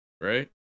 Right